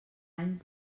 any